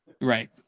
Right